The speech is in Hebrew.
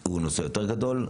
שהוא נושא יותר גדול,